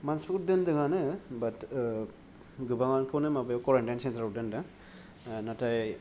मानसिफोरखौ दोनदों आनो बात ओ गोबाङाखौनो करेनतायन सेन्टाराव दोनदों नाथाय